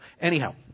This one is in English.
Anyhow